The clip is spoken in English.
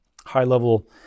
high-level